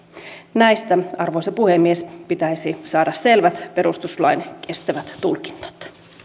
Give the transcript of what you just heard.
näistä arvoisa puhemies pitäisi saada selvät perustuslain kestävät tulkinnat